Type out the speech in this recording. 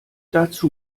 dazu